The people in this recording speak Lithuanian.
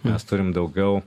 mes turim daugiau